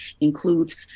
includes